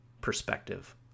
perspective